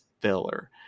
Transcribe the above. filler